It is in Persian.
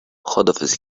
خداحافظی